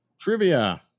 Trivia